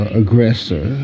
aggressor